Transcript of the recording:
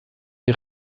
sie